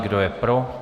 Kdo je pro?